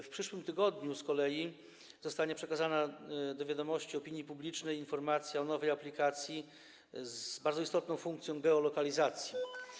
W przyszłym tygodniu z kolei zostanie przekazana do wiadomości opinii publicznej informacja o nowej aplikacji z bardzo istotną funkcją geolokalizacji.